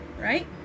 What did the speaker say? Right